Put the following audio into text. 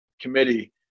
committee